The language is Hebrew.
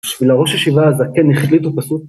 בשביל הראש ישיבה הזאת, כן, החליטו בסוף